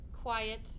quiet